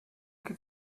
que